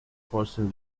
vorstellen